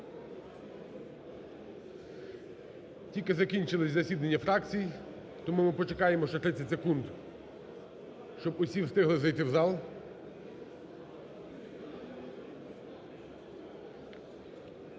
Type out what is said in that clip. Тільки закінчились засідання фракцій, тому ми почекаємо ще 30 секунд, щоб усі встигли зайти в зал.